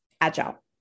Agile